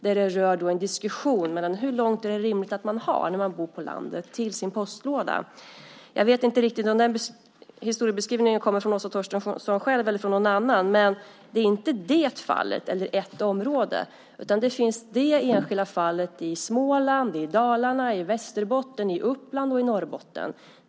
Det rör då en diskussion om hur långt det är rimligt att man har till sin postlåda när man bor på landet. Jag vet inte riktigt om den historiebeskrivningen kommer från Åsa Torstensson själv eller från någon annan. Men det är inte det fallet eller ett område, utan det finns enskilda fall i Småland, i Dalarna, i Västerbotten, i Uppland och i Norrbotten.